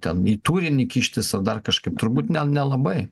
ten į tūrinį kištis ar dar kažkaip turbūt ne nelabai